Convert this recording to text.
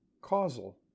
causal